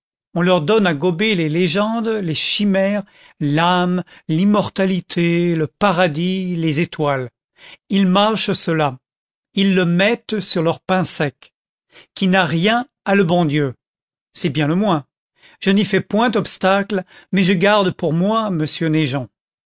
on leur donne à gober les légendes les chimères l'âme l'immortalité le paradis les étoiles ils mâchent cela ils le mettent sur leur pain sec qui n'a rien a le bon dieu c'est bien le moins je n'y fais point obstacle mais je garde pour moi monsieur